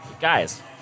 Guys